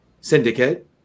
syndicate